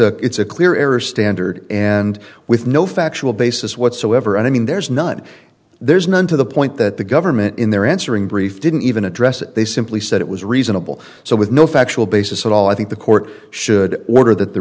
a it's a clear error standard and with no factual basis whatsoever and i mean there's none there's none to the point that the government in their answering brief didn't even address it they simply said it was reasonable so with no factual basis at all i think the court should order that the